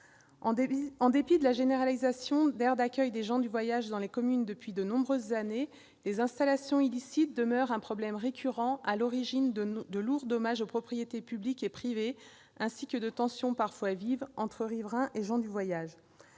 en dépit de la généralisation d'aires d'accueil des gens du voyage dans les communes depuis de nombreuses années, les installations illicites demeurent un problème récurrent, à l'origine de lourds dommages aux propriétés publiques et privées, ainsi que de tensions parfois vives entre riverains et gens du voyage.